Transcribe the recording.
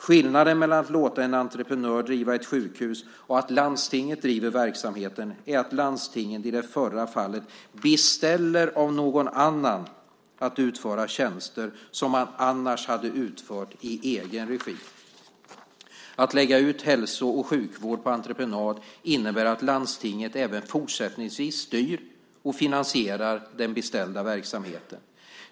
Skillnaden mellan att låta en entreprenör driva ett sjukhus och att landstinget driver verksamheten är att landstinget i det förra fallet beställer av någon annan att utföra tjänster som man annars hade utfört i egen regi. Att lägga ut hälso och sjukvård på entreprenad innebär att landstinget även fortsättningsvis styr och finansierar den beställda verksamheten.